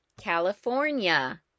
California